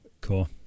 Cool